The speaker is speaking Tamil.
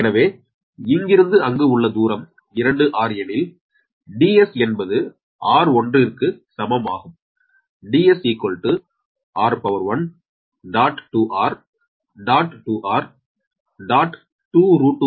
எனவே இங்கிருந்து அங்கு உள்ள தூரம் 2r எனில் Ds என்பது r1 க்கு சமம் ஆகும்